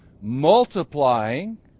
multiplying